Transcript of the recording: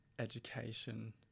education